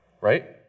right